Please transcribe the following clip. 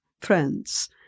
friends